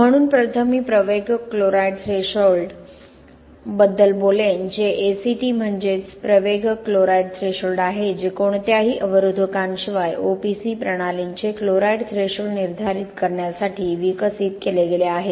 म्हणून प्रथम मी प्रवेगक क्लोराईड थ्रेशोल्ड बद्दल बोलेन जे ACT म्हणजे प्रवेगक क्लोराईड थ्रेशोल्ड आहे जे कोणत्याही अवरोधकांशिवाय OPC प्रणालींचे क्लोराईड थ्रेशोल्ड निर्धारित करण्यासाठी विकसित केले गेले आहे